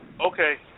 Okay